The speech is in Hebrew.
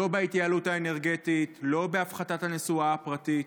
לא בהתייעלות האנרגטית, לא בהפחתת הנסועה הפרטית.